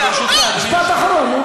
משפט אחרון.